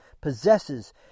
possesses